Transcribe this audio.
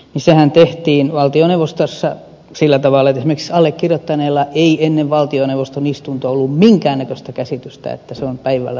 sehän tehtiin valtioneuvostossa sillä tavalla että esimerkiksi allekirjoittaneella ei ennen valtioneuvoston istuntoa ollut minkään näköistä käsitystä että se on päivällä listalla siellä